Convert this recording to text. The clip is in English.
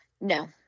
No